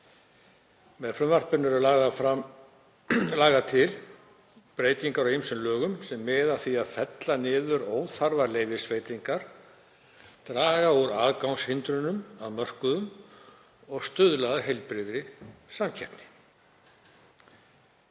Með frumvarpinu eru lagðar til breytingar á ýmsum lögum sem miða að því að fella niður óþarfa leyfisveitingar, draga úr aðgangshindrunum að mörkuðum og stuðla að heilbrigðri samkeppni.